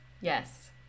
yes